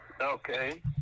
Okay